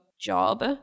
job